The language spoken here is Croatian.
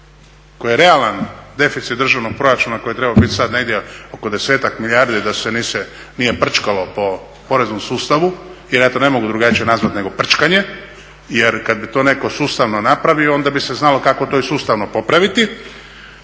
koji je realan deficit državnog proračuna koji je trebao biti sad negdje oko desetak milijardi da se nije prčkalo po poreznom sustavu, jer ja to ne mogu drugačije nazvati nego prčkanje. Jer kad bi to netko sustavno napravio, onda bi se znalo kako to i sustavno popraviti.